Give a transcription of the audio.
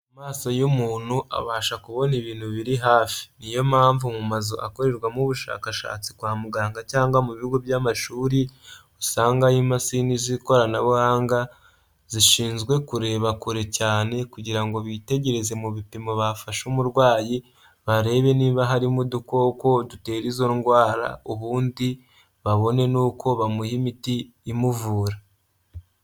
Amaso y'umuntu abasha kubona ibintu biri hafi ni yo mpamvu mu mazu akorerwamo ubushakashatsi kwa muganga cyangwa mu bigo by'amashuri usanga imashini z'ikoranabuhanga zishinzwe kureba kure cyane kugira ngo bitegereze mu bipimo bafashe umurwayi, barebe niba harimo udukoko dutera izo ndwara ubundi babone n'uko bamuha imiti imuvura.